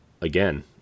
again